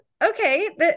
okay